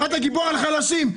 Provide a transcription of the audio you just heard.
אתה גיבור על חלשים.